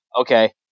okay